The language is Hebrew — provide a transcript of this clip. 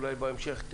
אולי בהמשך.